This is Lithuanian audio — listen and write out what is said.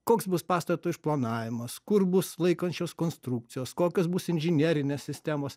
koks bus pastato išplanavimas kur bus laikančios konstrukcijos kokios bus inžinerinės sistemos